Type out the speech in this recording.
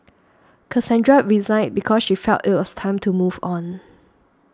Cassandra resigned because she felt it was time to move on